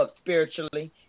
spiritually